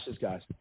guys